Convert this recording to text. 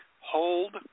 hold